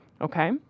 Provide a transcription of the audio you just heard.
okay